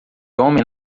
homem